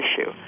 issue